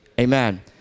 Amen